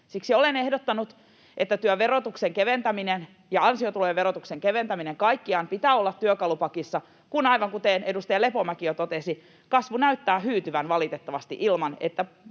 Siksi olen ehdottanut, että työn verotuksen keventämisen ja ansiotulojen verotuksen keventämisen kaikkiaan pitää olla työkalupakissa, kun — aivan kuten edustaja Lepomäki jo totesi — kasvu valitettavasti näyttää